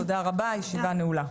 תודה רבה, הישיבה נעולה.